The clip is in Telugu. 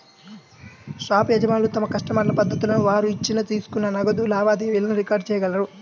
షాపు యజమానులు తమ కస్టమర్ల పద్దులను, వారు ఇచ్చిన, తీసుకున్న నగదు లావాదేవీలను రికార్డ్ చేయగలరు